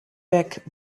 back